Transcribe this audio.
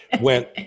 went